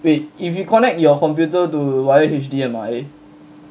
wait if you connect your computer to via H_D_M_I